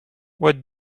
what